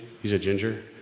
he's a ginger,